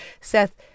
Seth